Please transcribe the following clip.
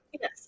Yes